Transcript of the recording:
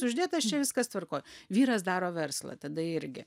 uždėtas čia viskas tvarkoj vyras daro verslą tada irgi